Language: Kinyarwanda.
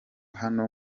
hano